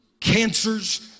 Cancers